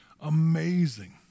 amazing